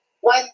One